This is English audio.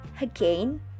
Again